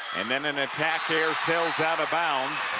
and then an attack there sails out of bounds,